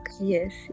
yes